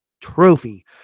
trophy